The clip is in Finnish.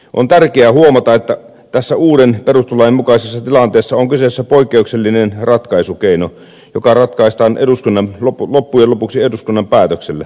on tärkeä huomata että tässä uuden perustuslain mukaisessa tilanteessa on kyseessä poikkeuksellinen ratkaisukeino joka ratkaistaan loppujen lopuksi eduskunnan päätöksellä